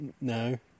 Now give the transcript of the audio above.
No